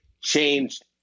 changed